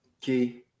Key